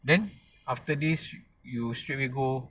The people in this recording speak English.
then after this you straightaway go